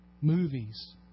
movies